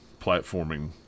platforming